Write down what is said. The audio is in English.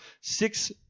six